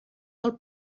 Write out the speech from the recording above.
del